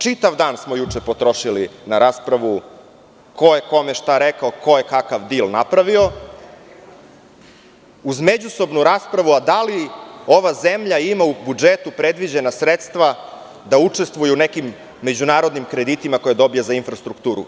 Čitav dan smo juče potrošili na raspravu ko je kome šta rekao, ko je kakav dil napravio, uz međusobnu raspravu da li ova zemlja ima u budžetu predviđena sredstva da učestvuje u nekim međunarodnim kreditima koje dobija za infrastrukturu.